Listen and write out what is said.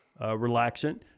relaxant